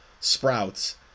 sprouts